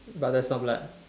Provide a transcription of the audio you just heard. but there's no blood